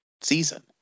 season